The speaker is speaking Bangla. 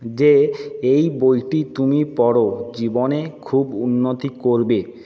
যে এই বইটি তুমি পড়ো জীবনে খুব উন্নতি করবে